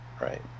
right